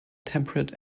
temperate